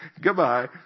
Goodbye